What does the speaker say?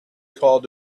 called